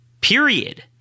Period